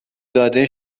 داده